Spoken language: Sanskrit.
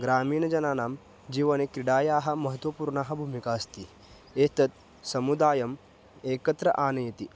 ग्रामीणजनानां जीवने क्रीडायाः महत्वपूर्णः भूमिका अस्ति एतत् समुदायान् एकत्र आनयति